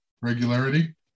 regularity